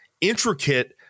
intricate